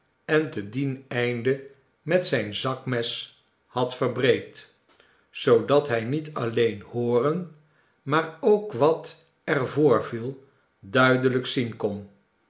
en te dien einde met zijn zakmes had verbreed zoodat hij niet alleen hooren maar ook wat er voorviel duidelijk zien kon